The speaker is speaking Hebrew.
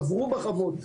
עברו בחוות,